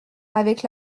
avec